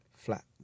flat